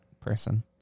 person